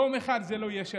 יום אחד זה לא יהיה שלנו.